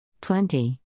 Plenty